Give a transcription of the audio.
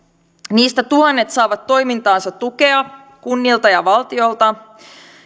niistä tuhannet saavat toimintaansa tukea kunnilta ja valtiolta